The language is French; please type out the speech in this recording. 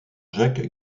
jack